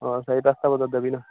অঁ চাৰি পাঁচটা বজাত যাবি নহ্